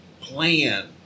plan